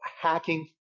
hacking